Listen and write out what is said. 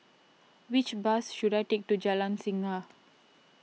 which bus should I take to Jalan Singa